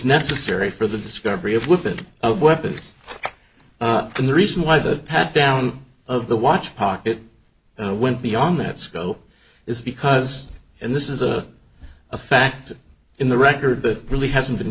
necessary for the discovery of weapon of weapons and the reason why the pat down of the watch pocket and went beyond that scope is because and this is a a fact in the record that really hasn't been